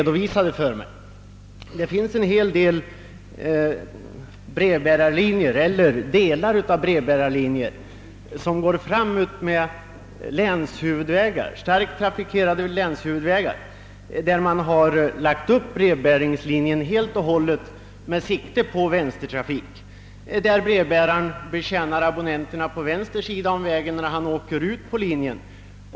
Det finns en hel del brevbärarlinjer eller delar därav som går fram utmed starkt trafikerade länshuvudvägar. Brevbäringslinjen är där helt och hållet upplagd med tanke på vänstertrafik. Brevbäraren betjänar abonnenterna på vänster sida om vägen när han åker ut på linjen.